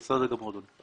בסדר גמור, אדוני.